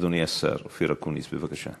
אדוני השר אופיר אקוניס, בבקשה.